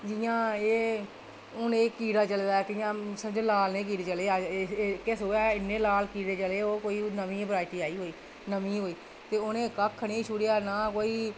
जि'यां एह् हून एह् कीड़ा चलै दा जि'यां समझो लाल नेह् कीड़े चले दे इत्त सूहे इन्ने लाल कीड़े चले ओह् कोई नमीं गै वैरायटी आई कोई नमीं गै ते उ'नें कक्ख निं छुड़ेआ ना कोई